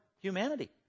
humanity